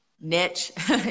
niche